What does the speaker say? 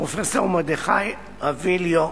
פרופסור מרדכי ראבילו,